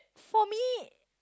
for me